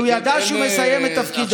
כשהוא ידע שהוא מסיים את תפקידו.